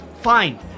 fine